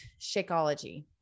Shakeology